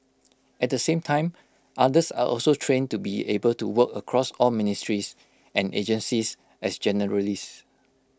at the same time others are also trained to be able to work across all ministries and agencies as generalists